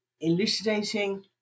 elucidating